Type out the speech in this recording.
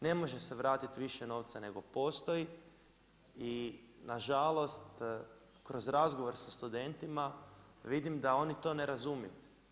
Ne može se vratit više novca nego postoji i na žalost kroz razgovor sa studentima vidim da oni to ne razumiju.